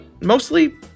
mostly